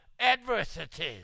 adversities